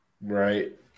Right